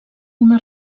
una